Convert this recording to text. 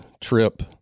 trip